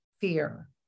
fear